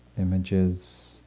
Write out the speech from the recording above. images